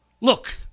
look